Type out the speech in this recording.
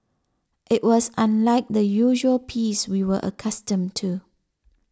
it was unlike the usual peace we were accustomed to